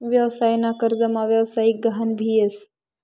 व्यवसाय ना कर्जमा व्यवसायिक गहान भी येस